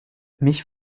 mich